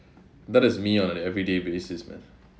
that is me on an everyday basis man